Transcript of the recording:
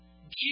Jesus